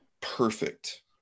perfect